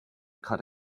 cut